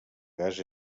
gas